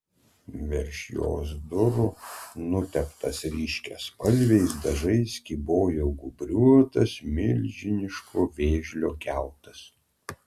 virš jos durų nuteptas ryškiaspalviais dažais kybojo gūbriuotas milžiniško vėžlio kiautas